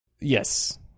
Yes